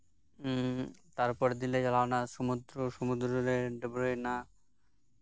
ᱩᱸᱜ ᱛᱟᱨᱯᱚᱨᱮᱨ ᱫᱤᱱ ᱞᱮ ᱪᱟᱞᱟᱣ ᱮᱱᱟ ᱥᱚᱢᱩᱫᱨᱚ ᱥᱚᱢᱩᱫᱨᱚ ᱨᱮ ᱰᱟᱹᱵᱨᱟᱹᱭᱮᱱᱟ